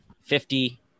fifty